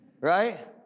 right